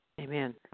Amen